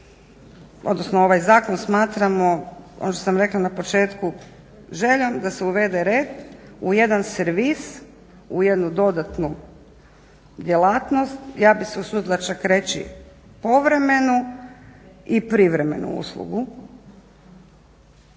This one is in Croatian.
odnosno ovaj zakon smatramo ono što sam rekla na početku željom da se uvede red u jedan servis, u jednu dodatnu djelatnost. Ja bih se usudila čak usudila reći povremenu i privremenu uslugu